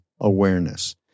awareness